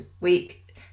week